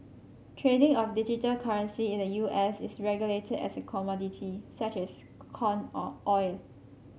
trading of digital currency in the U S is regulated as a commodity such as corn or oil